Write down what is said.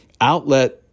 Outlet